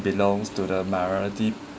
belongs to the minority